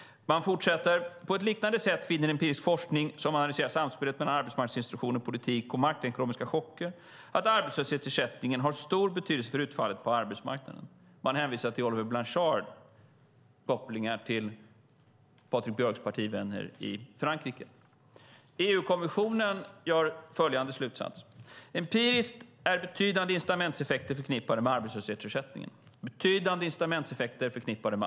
Man fortsätter: På ett liknande sätt finner empirisk forskning som analyserar samspelet mellan arbetsmarknadsinstitutioner, politik och makroekonomiska chocker att arbetslöshetsersättningen har stor betydelse för utfallet på arbetsmarknaden. Man hänvisar till Olivier Blanchard med kopplingar till Patrik Björcks partivänner i Frankrike. EU-kommissionen drar följande slutsats: Empiriskt är betydande incitamentseffekter förknippade med arbetslöshetsersättningen.